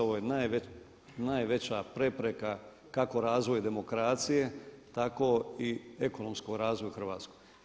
Ovo je najveća prepreka kako razvoju demokracije tako i ekonomskom razvoju Hrvatsku.